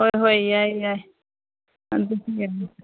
ꯍꯣꯏ ꯍꯣꯏ ꯌꯥꯏ ꯌꯥꯏ ꯑꯗꯨꯁꯨ ꯌꯥꯏ